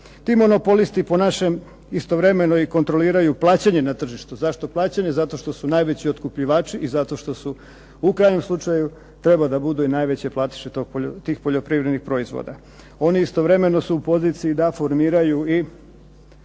Ti monopolisti po našem istovremeno i kontroliraju plaćanje na tržištu. Zašto plaćanje? Zato što su najveći otkupljivači i zato što su u krajnjem slučaju treba da budu i najveće platiše tih poljoprivrednih proizvoda. Oni istovremeno su u poziciji da formiraju i